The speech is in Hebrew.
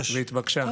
יש.